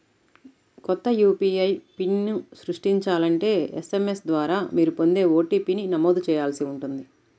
కొత్త యూ.పీ.ఐ పిన్ని సృష్టించాలంటే ఎస్.ఎం.ఎస్ ద్వారా మీరు పొందే ఓ.టీ.పీ ని నమోదు చేయాల్సి ఉంటుంది